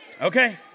Okay